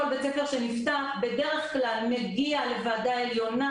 כל בית ספר שנפתח בדרך כלל מגיע לוועדה עליונה,